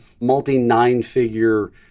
multi-nine-figure